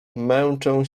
męczę